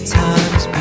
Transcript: times